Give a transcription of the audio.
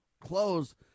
close